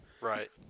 Right